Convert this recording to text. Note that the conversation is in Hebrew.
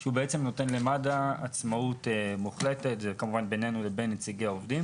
שהוא נותן למד"א עצמאות מוחלטת בינינו לבין נציגי העובדים